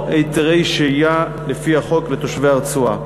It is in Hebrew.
או היתרי שהייה לפי החוק, לתושבי הרצועה.